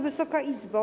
Wysoka Izbo!